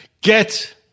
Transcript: Get